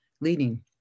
leading